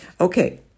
Okay